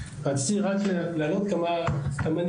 שלום לכולם, רציתי להעלות כמה נקודות.